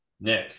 Nick